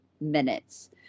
minutes